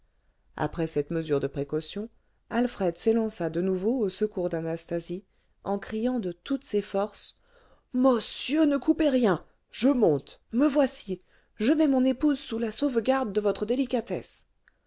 après cette mesure de précaution alfred s'élança de nouveau au secours d'anastasie en criant de toutes ses forces môssieurr ne coupez rien je monte me voici je mets mon épouse sous la sauvegarde de votre délicatesse